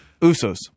Usos